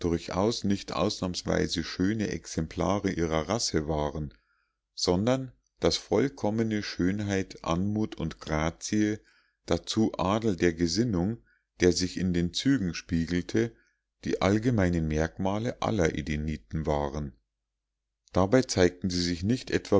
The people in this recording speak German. durchaus nicht ausnahmsweis schöne exemplare ihrer rasse waren sondern daß vollkommene schönheit anmut und grazie dazu adel der gesinnung der sich in den zügen spiegelte die allgemeinen merkmale aller edeniten waren dabei zeigten sie sich nicht etwa